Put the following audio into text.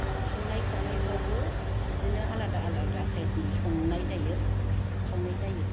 संनाय खावनायफ्रावबो बिदिनो आलादा आलादा सायजनि संनाय जायो खावनाय जायो